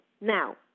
Now